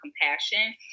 compassion